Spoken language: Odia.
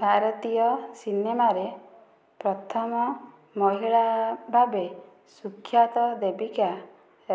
ଭାରତୀୟ ସିନେମାରେ ପ୍ରଥମ ମହିଳା ଭାବେ ସୁଖ୍ୟାତ ଦେବିକା